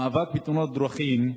המאבק בתאונות דרכים,